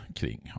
kring